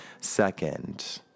Second